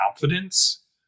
confidence